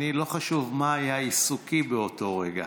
לא חשוב מה היה עיסוקי באותו רגע,